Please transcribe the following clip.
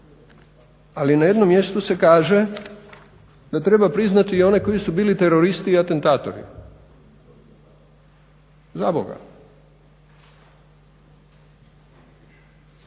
ali na jednom mjestu se kaže da treba priznati i one koji su bili teroristi i atentatori. Zaboga.